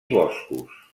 boscos